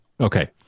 Okay